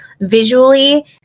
visually